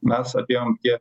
mes atėjom tiek